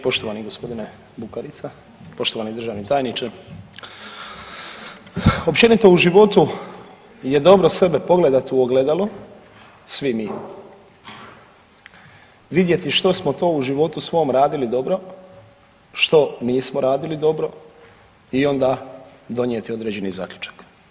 Poštovani gospodine Bukarica, poštovani državni tajniče, općenito u životu je dobro sebe pogledati u ogledalo, svi mi, vidjeti što smo to u životu svom radili dobro, što nismo radili dobro i onda donijeti određeni zaključak.